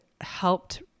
helped